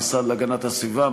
המשרד להגנת הסביבה,